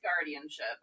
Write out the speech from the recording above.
guardianship